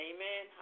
Amen